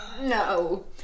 No